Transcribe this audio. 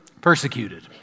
persecuted